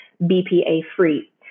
BPA-free